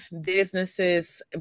businesses